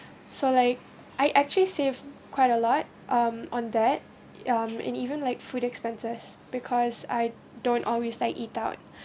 so like I actually save quite a lot um on that um in even like food expenses because I don't always like eat out